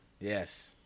Yes